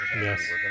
Yes